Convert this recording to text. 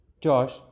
josh